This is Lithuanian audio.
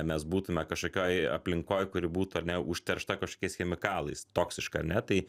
mes būtume kažkokioj aplinkoj kuri būtų ar ne užteršta kažkokiais chemikalais toksiška ar ne tai